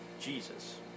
Jesus